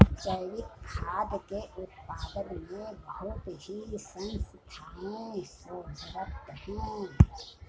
जैविक खाद्य के उत्पादन में बहुत ही संस्थाएं शोधरत हैं